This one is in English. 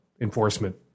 enforcement